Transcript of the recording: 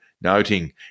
noting